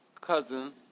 cousin